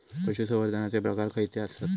पशुसंवर्धनाचे प्रकार खयचे आसत?